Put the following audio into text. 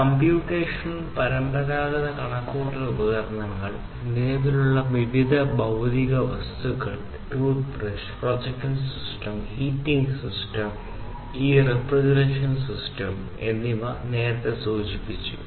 computational പരമ്പരാഗത കണക്കുകൂട്ടൽ ഉപകരണങ്ങൾ നിലവിലുള്ള വ്യത്യസ്ത ഭൌതിക വസ്തുക്കൾ tooth brush projection system heating system ഈ റഫ്രിജറേഷൻ സിസ്റ്റം എന്നിവ നേരത്തെ സൂചിപ്പിച്ചു